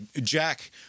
Jack